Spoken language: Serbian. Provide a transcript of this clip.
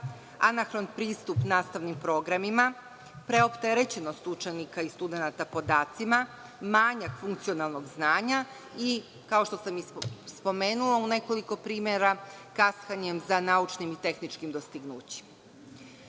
anahron pristup nastavnim programima, preopterećenost učenika i studenata podacima, manjak funkcionalnog znanja i, kao što sam i spomenula u nekoliko primera, kaskanje za naučnim i tehničkim dostignućima. Želela